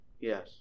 yes